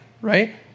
right